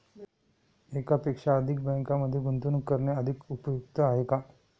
एकापेक्षा अधिक बँकांमध्ये गुंतवणूक करणे अधिक उपयुक्त आहे का?